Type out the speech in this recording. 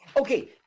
okay